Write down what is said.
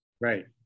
Right